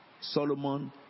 Solomon